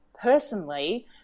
Personally